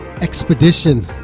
expedition